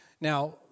Now